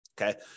Okay